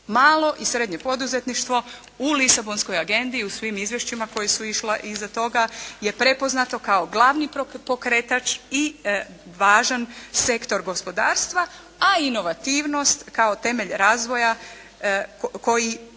Malo i srednje poduzetništvo u lisabonskoj agendi i u svim izvješća koji su išla iza toga je prepoznato kao glavni pokretač i važan sektor gospodarstva a inovativnost kao temelj razvoja kojim